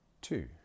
Two